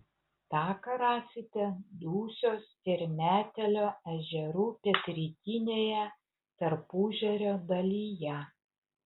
taką rasite dusios ir metelio ežerų pietrytinėje tarpuežerio dalyje